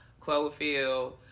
Cloverfield